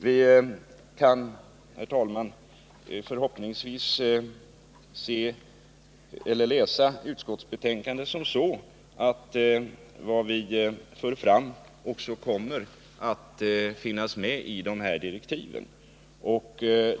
Vi kan, fru talman, förhoppningsvis läsa utskottsbetänkandet på det sättet att vad vi för fram också kommer att finnas med i de här direktiven.